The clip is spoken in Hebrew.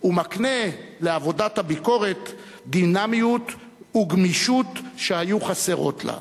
ומקנה לעבודת הביקורת דינמיות וגמישות שהיו חסרות לה.